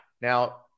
Now